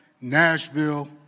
Nashville